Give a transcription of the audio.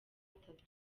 atatu